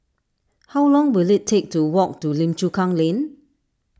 how long will it take to walk to Lim Chu Kang Lane